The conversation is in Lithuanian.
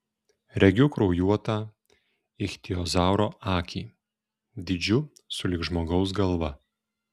regiu kraujuotą ichtiozauro akį dydžiu sulig žmogaus galva